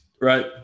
Right